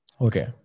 Okay